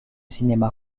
cinémas